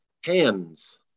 hands